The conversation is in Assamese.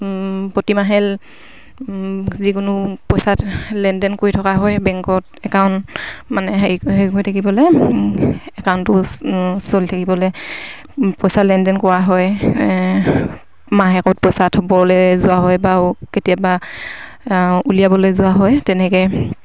প্ৰতিমাহে যিকোনো পইচা লেনদেন কৰি থকা হয় বেংকত একাউণ্ট মানে হেৰি হেৰি হৈ থাকিবলে একাউণ্টটো চলি থাকিবলে পইচা লেনদেন কৰা হয় মাহেকত পইচা থবলে যোৱা হয় বাৰু কেতিয়াবা উলিয়াবলে যোৱা হয় তেনেকে